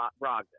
Brogdon